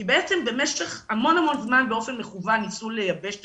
כי בעצם במשך המון זמן באופן מכוון ניסו לייבש את